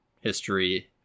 history